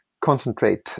concentrate